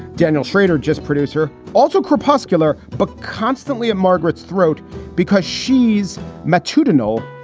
daniel shrader, just producer, also crepuscular but constantly a margarets throat because she's matu to know.